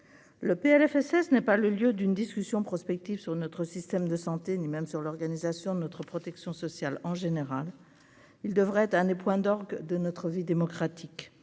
le PLFSS n'est pas le lieu d'une discussion prospectif sur notre système de santé ni même sur l'organisation de notre protection sociale en général, il devrait être un des points d'orgue de notre vie démocratique,